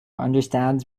understand